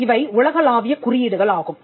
இவை உலகளாவிய குறியீடுகள் ஆகும்